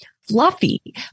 fluffy